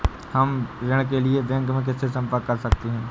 हम ऋण के लिए बैंक में किससे संपर्क कर सकते हैं?